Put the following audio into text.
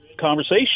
Conversation